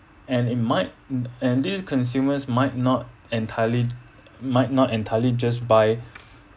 and it might and these consumers might not entirely might not entirely just buy